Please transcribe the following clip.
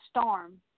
storm